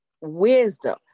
wisdom